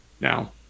Now